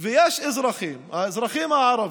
ויש אזרחים, האזרחים הערבים,